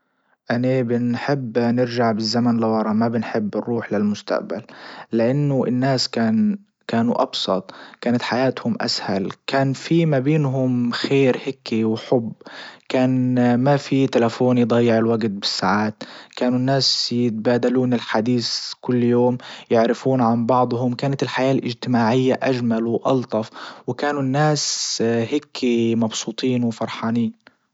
اني بنحب نرجع بالزمن لورا. ما بنحب نروح للمستقبل. لانه الناس كان كانوا ابسط كانت حياتهم اسهل كان في ما بينهم خير هكي وحب كان ما في تلفون يضيع الوجت بالساعات كانوا الناس يتبادلون الحديث كل يوم يعرفون عن بعضهم كانت الحياة الاجتماعية أجمل والطف كانوا الناس هيكي مبسوطين وفرحانين.